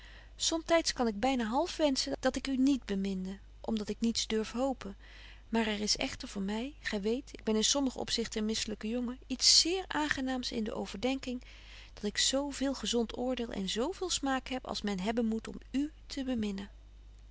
somtyds kan ik byna half wenschen dat ik u niet beminde om dat ik niets durf hopen maar er is echter voor my gy weet ik ben in sommigen opzichte een misselyke jongen iets zeer aangenaams in de overdenking dat ik zo veel gezont oordeel en zo veel smaak heb als men hebben moet om u te beminnen